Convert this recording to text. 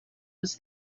was